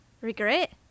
regret